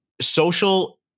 social